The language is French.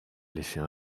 l’effet